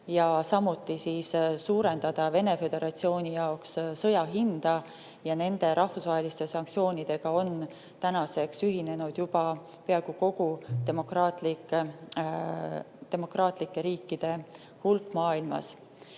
Teiseks suurendatakse Venemaa Föderatsiooni jaoks sõja hinda. Nende rahvusvaheliste sanktsioonidega on tänaseks ühinenud juba peaaegu kogu demokraatlike riikide hulk maailmas.